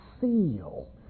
seal